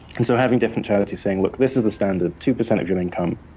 and so having different charities saying, look, this is the standard, two percent of your income.